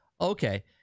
Okay